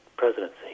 presidency